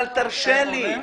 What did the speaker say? אבל תרשה לי.